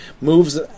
moves